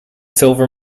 silver